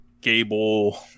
Gable